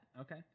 Okay